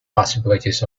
possibilities